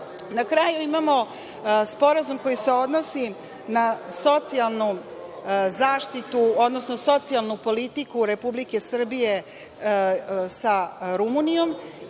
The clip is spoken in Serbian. kraju, imamo Sporazum koji se odnosi na socijalnu zaštitu, odnosno socijalnu politiku Republike Srbije sa Rumunijom.